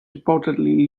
reportedly